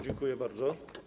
Dziękuję bardzo.